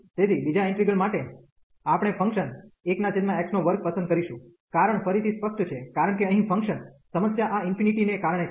તેથી બીજા ઇન્ટિગ્રલ માટે આપણે ફંક્શન 1x2 પસંદ કરીશું કારણ ફરીથી સ્પષ્ટ છે કારણ કે અહીં ફંક્શન સમસ્યા આ ∞ ને કારણે છે